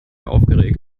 aufgeregt